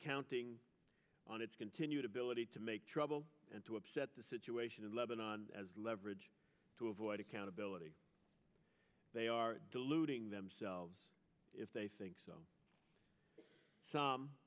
counting on its continued ability to make trouble and to upset the situation in lebanon as leverage to avoid accountability they are deluding themselves if they think so